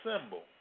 symbol